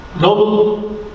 Noble